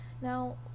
Now